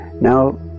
Now